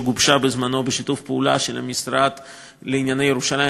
היא גובשה בזמנו בשיתוף פעולה של המשרד לענייני ירושלים,